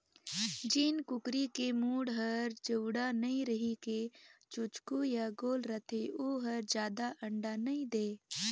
जेन कुकरी के मूढ़ हर चउड़ा नइ रहि के चोचकू य गोल रथे ओ हर जादा अंडा नइ दे